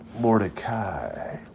Mordecai